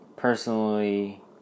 Personally